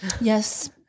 yes